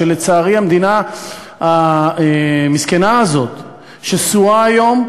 ולצערי המדינה המסכנה הזאת שסועה היום,